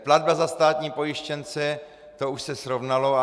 Platba za státní pojištěnce, to už se srovnalo.